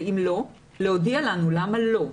ואם לא אז להודיע לנו למה לא,